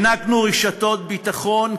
הענקנו רשתות ביטחון,